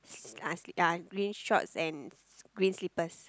s~ uh s~ uh green shorts and green slippers